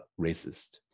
racist